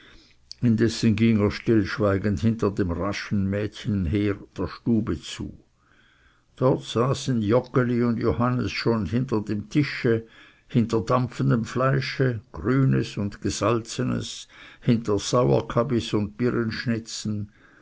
indessen ging er stillschweigend hinter dem raschen mädchen her der stube zu dort saßen joggeli und johannes schon hinter dem tische hinter dampfendem fleische grünes und gesalzenes hinter sauerkabis und